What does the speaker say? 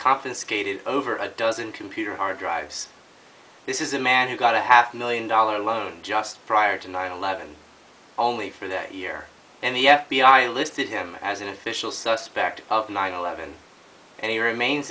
confiscated over a dozen computer hard drives this is a man who got a half million dollar loan just prior to nine eleven only for that year and the f b i listed him as an official suspect of nine eleven and he remains